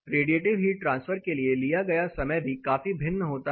radiative heat transfer के लिए लिया गया समय भी काफी भिन्न होता है